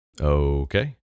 Okay